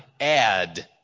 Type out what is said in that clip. add